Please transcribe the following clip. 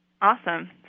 Awesome